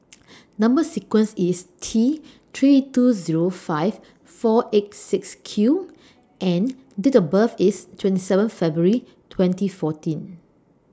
Number sequence IS T three two Zero five four eight six Q and Date of birth IS twenty seven February twenty fourteen